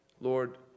Lord